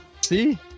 See